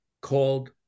called